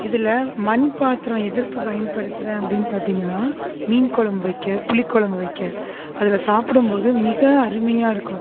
மண் பாத்திரம் எதற்கு பயன்படுத்துறனு அப்படினு பார்த்தீங்கன்னா மீன்குழம்பு வைக்க புளிக்குழம்பு வைக்க அதில் சாப்பிடும்போது மிக அருமையாக இருக்கும்